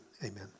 Amen